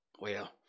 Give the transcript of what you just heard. Well